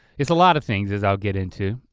it's a lot of things as i'll get into,